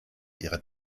ihrer